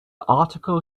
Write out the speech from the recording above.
article